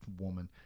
woman